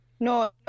No